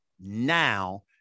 now